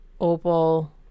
Opal